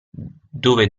dove